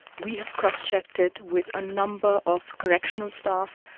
we have crosschecked it with a number of correctional staff,